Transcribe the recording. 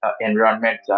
environment